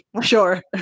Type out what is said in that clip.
sure